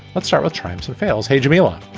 let's start with time. so fails. hey, jimmy, like